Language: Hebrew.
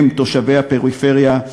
הם תושבי הפריפריה,